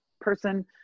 person